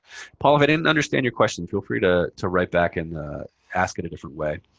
paul, if i didn't understand your question, feel free to to write back and ask it a different way.